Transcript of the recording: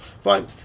Fine